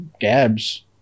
Gabs